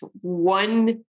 one